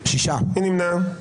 מי נמנע?